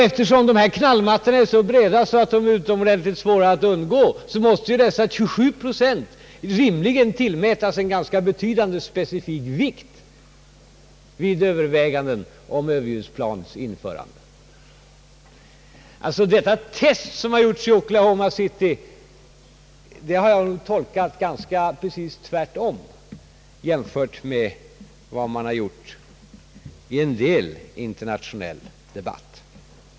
Eftersom knallmattorna är så breda att de är utomordentligt svåra att undgå måste dessa 27 procent rimligen tillmätas en ganska betydande specifik vikt vid överväganden om överljudsplanens införande. De test som gjorts i Oklahoma City har jag tolkat precis tvärtemot vad man har gjort i en del internationell debatt.